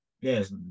Yes